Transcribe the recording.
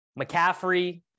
McCaffrey